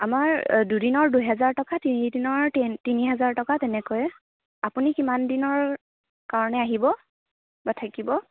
আমাৰ দুদিনৰ দুহেজাৰ টকা তিনি দিনৰ তিন তিনিহাজাৰ টকা তেনেকৈয়ে আপুনি কিমান দিনৰ কাৰণে আহিব বা থাকিব